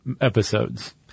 episodes